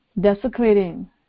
desecrating